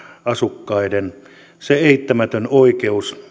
asukkaiden eittämätön oikeus